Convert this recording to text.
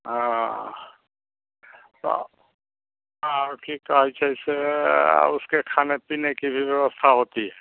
हाँ तो हाँ कि तो ऐसे ऐसे उसके खाने पीने की भी व्यवस्था होती है